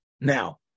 Now